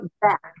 back